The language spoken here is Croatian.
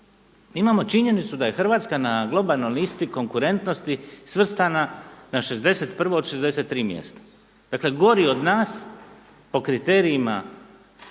Imamo činjenicu da je Hrvatska na globalnoj listi konkurentnosti svrstana na 61. od 63 mjesta. Dakle gori od nas po kriterijima toga